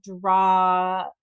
draw